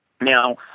Now